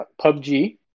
PUBG